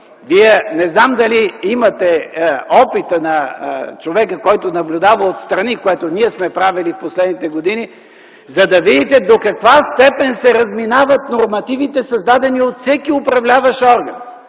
Вие, не знам дали имате опита на човека, който наблюдава отстрани това, което ние сме правили в последните години, за да видите до каква степен се разминават нормативите, създадени от всеки управляващ орган.